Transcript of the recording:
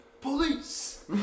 Police